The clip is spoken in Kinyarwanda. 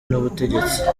n’ubutegetsi